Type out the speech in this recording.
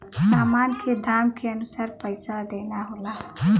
सामान के दाम के अनुसार पइसा देना होला